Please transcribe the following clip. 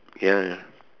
ya ya